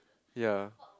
ya